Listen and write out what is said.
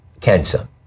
cancer